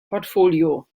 portfolio